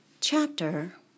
Chapter